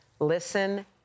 Listen